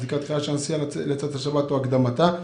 מצדיקה את דחיית הנסיעה לצאת השבת או הקדמתה.